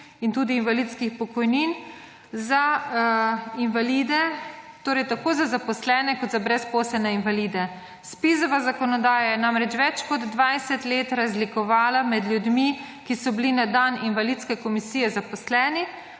in tudi invalidskih pokojnin za invalide, torej tako za zaposlene kot za brezposelne invalide. ZPIZ-ova zakonodaja je namreč več kot 20 let razlikovala med ljudmi, ki so bili na dan invalidske komisije zaposleni